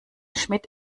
schmidt